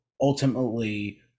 ultimately